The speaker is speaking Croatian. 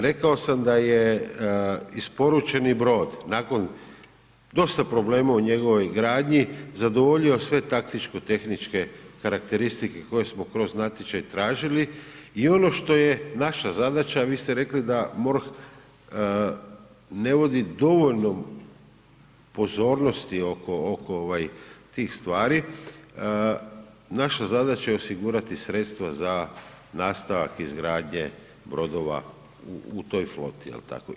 Rekao sam da je isporučeni brod nakon dosta problema u njegovoj gradnji zadovoljio sve taktičko-tehničke karakteristike koje smo kroz natječaj tražili i ono što je naša zadaća, a vi ste rekli da MORH ne vodi dovoljno pozornosti oko, ovaj tih stvari, naša zadaća je osigurati sredstva za nastavak izgradnje brodova u toj floti, je li tako?